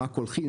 מה קולחין,